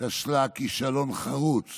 כשלה כישלון חרוץ